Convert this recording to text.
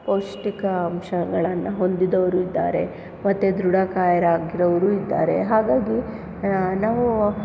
ಪೌಷ್ಟಿಕಾಂಶಗಳನ್ನು ಹೊಂದಿದವರು ಇದ್ದಾರೆ ಮತ್ತು ದೃಢಕಾಯರಾಗಿರೋರು ಇದ್ದಾರೆ ಹಾಗಾಗಿ ನಾವು